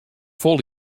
fol